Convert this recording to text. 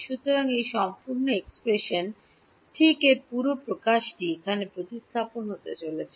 সুতরাং এই সম্পূর্ণ এক্সপ্রেশন ঠিক এই পুরো প্রকাশটি এখানে প্রতিস্থাপিত হতে চলেছে